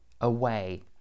away